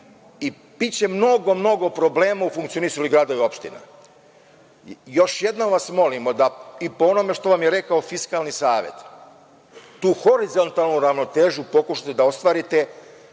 i biće mnogo, mnogo problema u funkcionisanju gradova i opština. Još jedno vas molimo, i po onome što vam je rekao Fiskalni savet, da tu horizontalnu ravnotežu pokušate da ostvarite